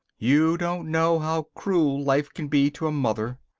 you don't know how cruel life can be to a mother.